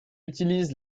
utilise